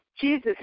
Jesus